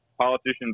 Politicians